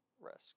risk